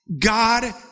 God